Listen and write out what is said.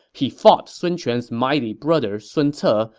he fought sun quan's mighty brother, sun but